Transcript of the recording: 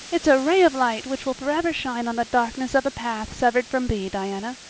it's a ray of light which will forever shine on the darkness of a path severed from thee, diana.